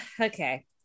okay